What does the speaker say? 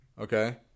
Okay